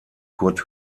kurt